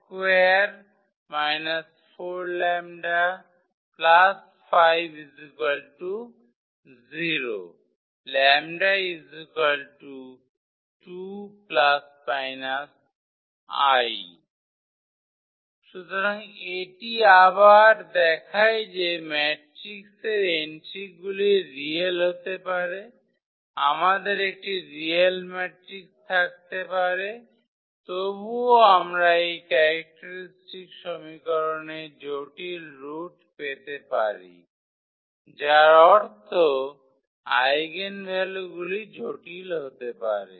সুতরাং এটি আবার দেখায় যে ম্যাট্রিক্সের এন্ট্রিগুলি রিয়েল হতে পারে আমাদের একটি রিয়েল ম্যাট্রিক্স থাকতে পারে তবে তবুও আমরা এই ক্যারেক্টারিস্টিক সমীকরণের জটিল রুট পেতে পারি যার অর্থ আইগেনভ্যালুগুলি জটিল হতে পারে